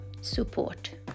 support